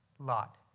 Lot